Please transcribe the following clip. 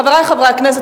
חברי חברי הכנסת,